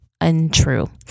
untrue